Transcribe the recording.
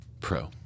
Pro